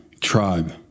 Tribe